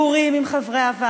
לא רק לפי דיבורים עם חברי הוועדה,